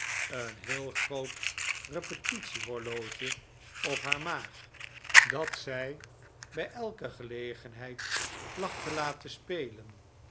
een heel groot repetitiehorloge op haar maag dat zij bij elke gelegenheid placht te laten spelen